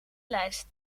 lijst